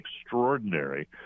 extraordinary